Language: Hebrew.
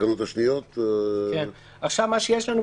הדבר השני שיש לנו,